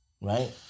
Right